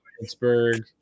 Pittsburgh